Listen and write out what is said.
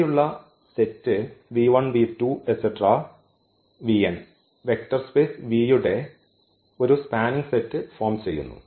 ഇവിടെയുള്ള set vector space V യുടെ ഒരു സ്പാനിങ് സെറ്റ് ഫോം ചെയ്യുന്നു